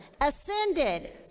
ascended